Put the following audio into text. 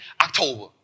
October